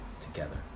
together